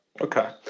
Okay